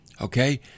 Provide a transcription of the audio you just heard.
Okay